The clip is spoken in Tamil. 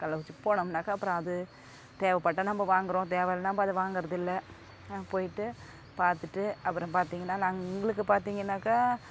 கள்ளக்குறிச்சி போனோம்னாக்கால் அப்புறம் அது தேவைப்பட்டா நம்ம வாங்கிறோம் தேவையில்லனா நம்ம அதை வாங்கிறதில்ல போய்விட்டு பார்த்துட்டு அப்புறம் பார்த்தீங்கன்னா நங் உங்களுக்கு பார்த்தீங்கனாக்கா